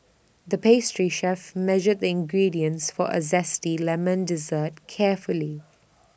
the pastry chef measured the ingredients for A Zesty Lemon Dessert carefully